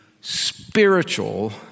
spiritual